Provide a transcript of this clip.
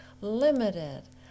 limited